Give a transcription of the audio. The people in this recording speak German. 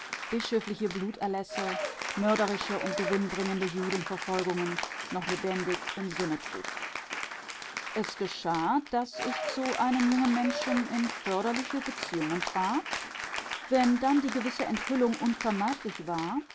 bischöfliche bluterlässe mörderische und gewinnbringende judenverfolgungen noch lebendig im sinne trug es geschah daß ich zu einem jungen menschen in förderliche beziehungen trat wenn dann die gewisse enthüllung unvermeidlich war